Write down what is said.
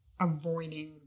avoiding